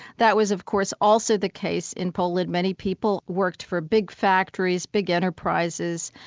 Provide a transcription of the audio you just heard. that was of course also the case in poland many people worked for big factories, big enterprises,